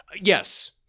Yes